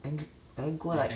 ang~ then go like